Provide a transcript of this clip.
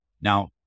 Now